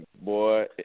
boy